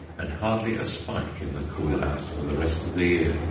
and hardly a spike in the cool houses for the rest of the year.